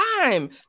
time